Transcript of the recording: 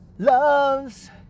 Loves